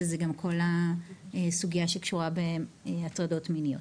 זה גם כל הסוגיה שקשורה בהטרדות מיניות.